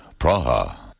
Praha